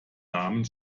namen